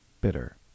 bitter